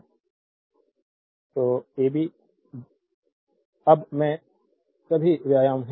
देखें slide time 3249 अब ये सभी व्यायाम हैं